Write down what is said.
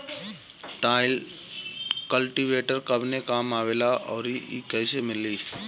Tine cultivator कवने काम आवेला आउर इ कैसे मिली?